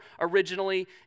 originally